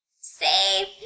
safe